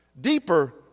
Deeper